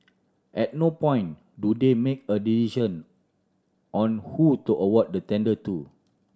at no point do they make a decision on who to award the tender to